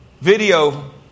video